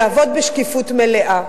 יעבוד בשקיפות מלאה.